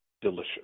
delicious